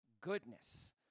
goodness